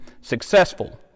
successful